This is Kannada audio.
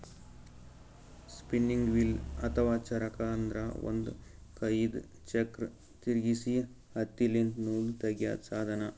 ಸ್ಪಿನ್ನಿಂಗ್ ವೀಲ್ ಅಥವಾ ಚರಕ ಅಂದ್ರ ಒಂದ್ ಕೈಯಿಂದ್ ಚಕ್ರ್ ತಿರ್ಗಿಸಿ ಹತ್ತಿಲಿಂತ್ ನೂಲ್ ತಗ್ಯಾದ್ ಸಾಧನ